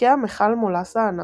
התפקע מכל מולאסה ענק,